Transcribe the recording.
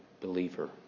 believer